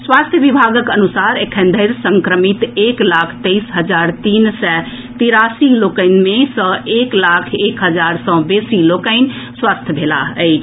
स्वास्थ्य विभागक अनुसार एखनधरि संक्रमित एक लाख तेईस हजार तीन सय तिरासी लोक सभ मे सँ एक लाख एक हजार सँ बेसी लोकनि स्वस्थ भेलाह अछि